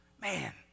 Man